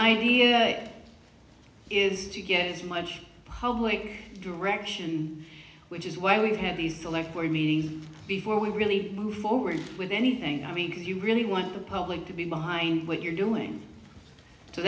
idea is to get as much public direction which is why we have these select where meetings before we really move forward with anything i mean if you really want the public to be behind what you're doing so